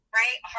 right